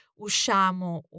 usciamo